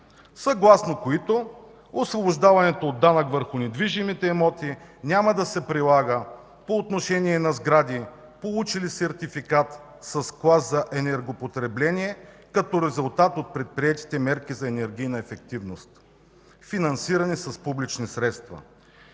съгласно които освобождаването от данък върху недвижимите имоти няма да се прилага по отношение на сгради, получили сертификат с клас за енергопотребление като резултат от предприетите мерки за енергийна ефективност, финансирани с публични средства.